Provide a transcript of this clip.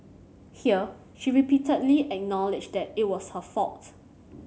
here she repeatedly acknowledged that it was her fault